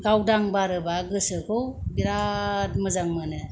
गावदां बारोबा गोसोखौ बिरात मोजां मोनो